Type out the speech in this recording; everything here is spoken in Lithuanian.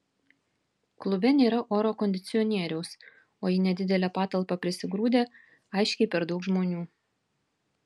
klube nėra oro kondicionieriaus o į nedidelę patalpą prisigrūdę aiškiai per daug žmonių